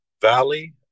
Valley